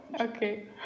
Okay